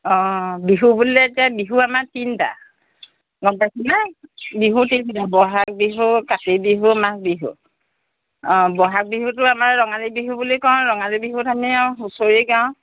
অঁ বিহু বুলিলে এতিয়া বিহু আমাৰ তিনিটা গম পাইছানে বিহু তিনিটা ব'হাগ বিহু কাতি বিহু মাঘ বিহু অঁ ব'হাগ বিহুটো আমাৰ ৰঙালী বিহু বুলি কওঁ ৰঙালী বিহুত আমি হুঁচৰি গাওঁ